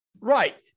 Right